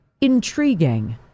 intriguing